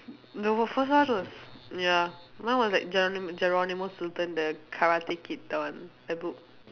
no first one was ya mine was like Geronimo Geronimo Stilton the karate kid that one that book